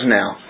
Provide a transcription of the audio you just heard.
now